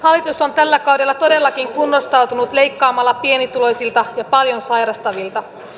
hallitus on tällä kaudella todellakin kunnostautunut leikkaamalla pienituloisilta ja paljon sairastavilta